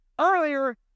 earlier